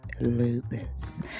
lupus